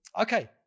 Okay